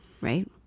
Right